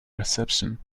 reception